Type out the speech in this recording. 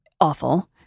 awful